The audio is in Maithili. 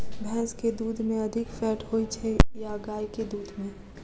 भैंस केँ दुध मे अधिक फैट होइ छैय या गाय केँ दुध में?